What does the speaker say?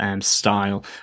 style